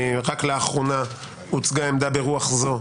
רק לאחרונה הוצגה עמדה ברוח זו,